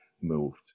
moved